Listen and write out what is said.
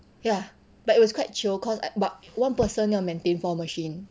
ya but it was quite chill cause I but one person 要 maintain four machine